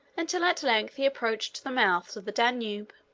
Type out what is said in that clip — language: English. until at length he approached the mouths of the danube.